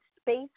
space